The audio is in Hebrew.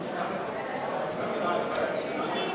לתיקון פקודת העיריות (מס' 139),